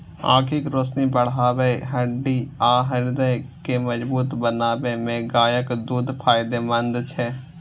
आंखिक रोशनी बढ़बै, हड्डी आ हृदय के मजगूत बनबै मे गायक दूध फायदेमंद छै